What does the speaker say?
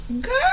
Girl